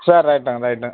சேரி ரைட்டுங்க ரைட்டு